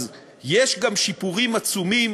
אז יש גם שיפורים עצומים,